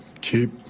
keep